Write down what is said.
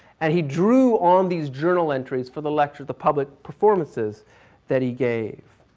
and he drew on these journal entries for the lecture the public performances that he gave.